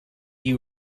you